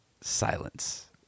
silence